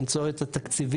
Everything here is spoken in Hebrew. למצוא את התקציבים,